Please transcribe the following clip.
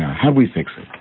how do we fix it?